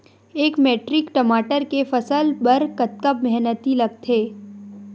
एक मैट्रिक टमाटर के फसल बर कतका मेहनती लगथे?